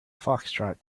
foxtrot